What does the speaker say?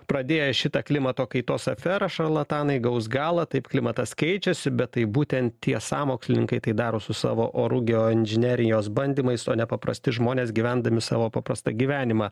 pradėję šitą klimato kaitos aferą šarlatanai gaus galą taip klimatas keičiasi bet tai būtent tie sąmokslininkai tai daro su savo oru geoinžinerijos bandymais o ne paprasti žmonės gyvendami savo paprastą gyvenimą